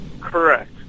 Correct